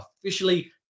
officially